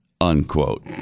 Unquote